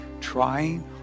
trying